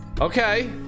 Okay